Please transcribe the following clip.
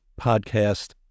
podcast